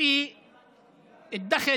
לה הכנסות,